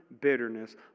bitterness